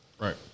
Right